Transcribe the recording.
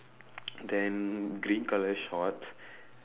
then green colour shorts